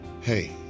Hey